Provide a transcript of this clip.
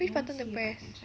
which button to press